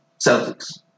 Celtics